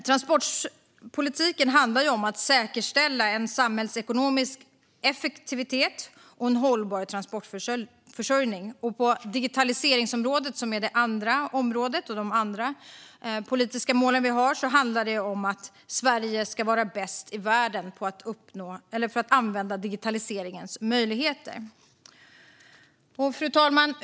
Transportpolitiken handlar om att säkerställa en samhällsekonomisk effektivitet och en hållbar transportförsörjning. På digitaliseringsområdet, som är det andra området och de andra politiska målen vi har, handlar det om att Sverige ska vara bäst i världen på att använda digitaliseringens möjligheter. Fru talman!